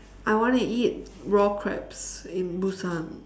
I wanna eat raw crabs in Busan